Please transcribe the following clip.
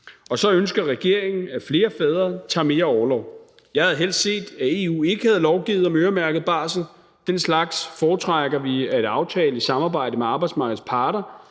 Så ønsker regeringen, at flere fædre tager mere orlov. Jeg havde helst set, at EU ikke havde lovgivet om øremærket barsel; den slags foretrækker vi at aftale i samarbejde med arbejdsmarkedets parter.